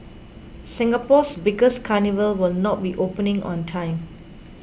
Singapore's biggest carnival will not be opening on time